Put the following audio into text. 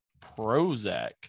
Prozac